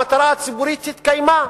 המטרה הציבורית התקיימה.